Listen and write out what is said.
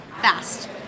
fast